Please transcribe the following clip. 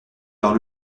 par